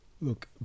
Look